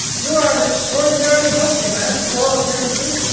you are an extraordinarily healthy man, to all appearances.